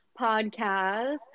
podcast